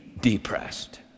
depressed